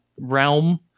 realm